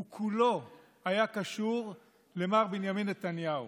הוא כולו היה קשור למר בנימין נתניהו: